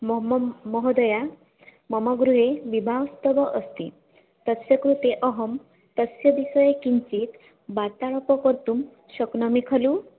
मोम्मं महोदया मम गृहे विवाहोत्सवः अस्ति तस्य कृते अहं तस्य विषये किञ्चित् वार्तालापं कर्तुं शक्नोमि खलु